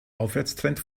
aufwärtstrend